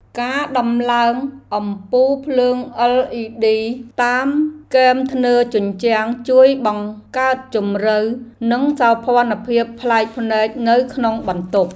ការដំឡើងអំពូលភ្លើង LED តាមគែមធ្នើរជញ្ជាំងជួយបង្កើតជម្រៅនិងសោភ័ណភាពប្លែកភ្នែកនៅក្នុងបន្ទប់។